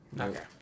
Okay